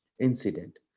incident